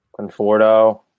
Conforto